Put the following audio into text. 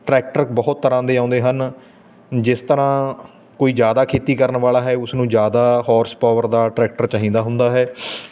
tractor ਬਹੁਤ ਤਰ੍ਹਾਂ ਦੇ ਆਉਂਦੇ ਹਨ ਜਿਸ ਤਰ੍ਹਾਂ ਕੋਈ ਜ਼ਿਆਦਾ ਖੇਤੀ ਕਰਨ ਵਾਲਾ ਹੈ ਉਸ ਨੂੰ ਜ਼ਿਆਦਾ ਹੋਰਸਪਾਵਰ ਦਾ ਟਰੈਕਟਰ ਚਾਹੀਦਾ ਹੁੰਦਾ ਹੈ